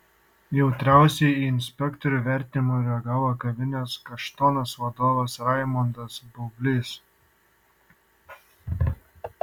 jautriausiai į inspektorių vertinimą reagavo kavinės kaštonas vadovas raimondas baublys